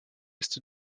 est